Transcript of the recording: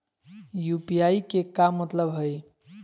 UPI के का मतलब हई?